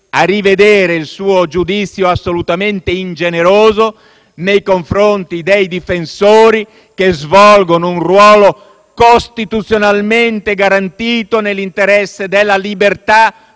a rivedere il suo giudizio assolutamente ingeneroso nei confronti dei difensori che svolgono un ruolo costituzionalmente garantito nell'interesse della libertà